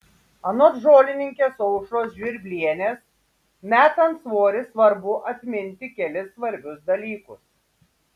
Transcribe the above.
anot žolininkės aušros žvirblienės metant svorį svarbu atminti kelis svarbius dalykus